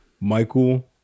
Michael